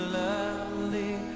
lovely